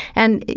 and,